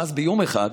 ואז ביום אחד